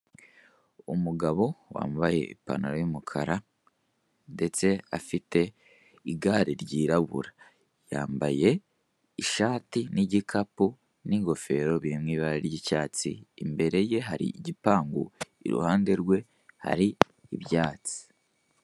Umugabo wambaye ipantaro y'umukara ndetse afite igare ryirabura, yambaye ishati n'igikapu n'ingofero biri mu ibara ry'icyatsi, imbere ye hari igipangu, iruhande rwe hari ibyatsi.